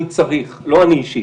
אני צריך לא אני אישית